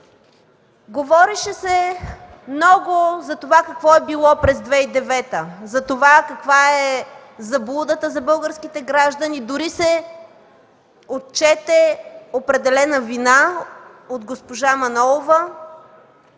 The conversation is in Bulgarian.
Говореше се много какво е било през 2009 г., каква е била заблудата за българските граждани, дори се отчете определена вина от госпожа Манолова,